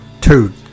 two